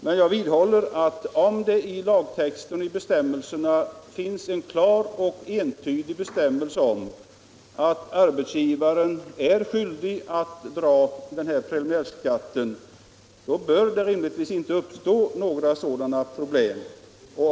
Men jag vidhåller att om lagtexten innehåller en klar och entydig bestämmelse om att arbetsgivaren är skyldig att dra preliminärskatt, bör det rimligtvis inte uppstå några sådana problem.